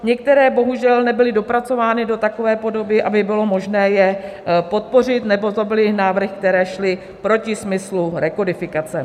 Některé bohužel nebyly dopracovány do takové podoby, aby bylo možné je podpořit, nebo to byly návrhy, které šly proti smyslu rekodifikace.